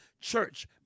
church